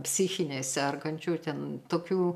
psichine sergančiųjų ten tokių